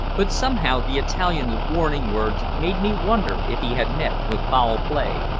but somehow the italian's warning words made me wonder if he had met with foul play.